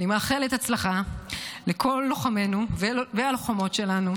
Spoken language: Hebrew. אני מאחלת הצלחה לכל לוחמינו והלוחמות שלנו,